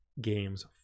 games